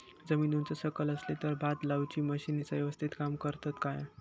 जमीन उच सकल असली तर भात लाऊची मशीना यवस्तीत काम करतत काय?